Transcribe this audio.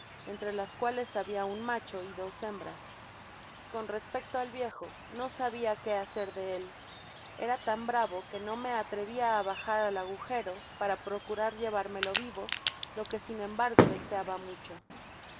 entre las cuales habia un macho y dos hembras con respecto al viejo no sabia qué hacer de ék era tan bravo que no me atrevia á bajar al agujero para procurar llevármelo vive lo que sin embargo deseaba mucho